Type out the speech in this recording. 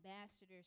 ambassadors